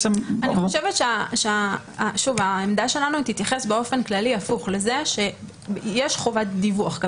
העמדה שלנו היא תתייחס באופן כללי הפוך לזה שיש חובת דיווח.